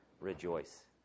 rejoice